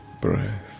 breath